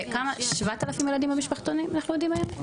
זה 7,000 ילדים במשפחתונים אנחנו יודעים היום?